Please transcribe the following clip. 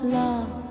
love